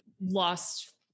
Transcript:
lost